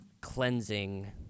cleansing